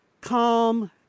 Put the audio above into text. calm